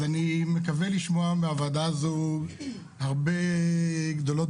אז אני מקווה לשמוע מהוועדה הזו הרבה גדולות